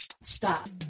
Stop